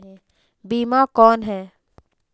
बीमा कौन है?